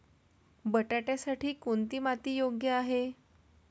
बटाट्यासाठी कोणती माती योग्य आहे?